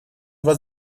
его